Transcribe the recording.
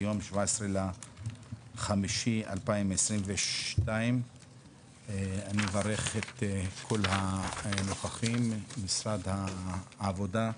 היום 17 במאי 2022. אני מברך את כל הנוכחים ממשרד הכלכלה,